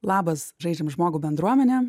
labas žaidžiam žmogų bendruomene